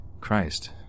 Christ